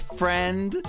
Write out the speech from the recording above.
friend